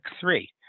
three